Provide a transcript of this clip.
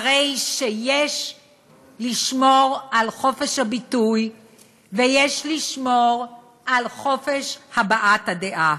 הרי שיש לשמור על חופש הביטוי ויש לשמור על חופש הבעת הדעה".